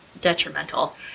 detrimental